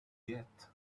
yet